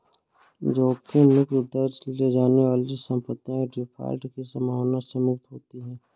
जोखिम मुक्त दर ले जाने वाली संपत्तियाँ डिफ़ॉल्ट की संभावना से मुक्त होती हैं